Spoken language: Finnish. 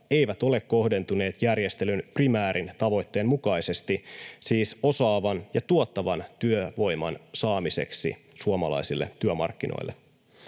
eivät ole kohdentuneet järjestelyn primäärin tavoitteen mukaisesti, siis osaavan ja tuottavan työvoiman saamiseksi suomalaisille työmarkkinoille.